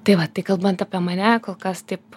tai va tai kalbant apie mane kol kas taip